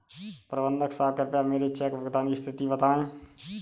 प्रबंधक साहब कृपया मेरे चेक भुगतान की स्थिति बताएं